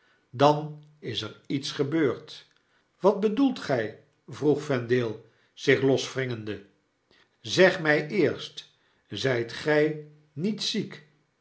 dan is er iets gebeurd wat bedoelt gy vroeg vendale zichloswringende zeg mij eerst zijt gy niet ziek